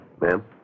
Ma'am